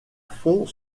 font